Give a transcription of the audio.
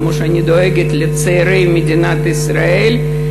כמו שאני דואגת לצעירי מדינת ישראל,